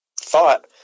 thought